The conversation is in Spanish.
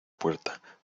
puerta